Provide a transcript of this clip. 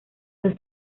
los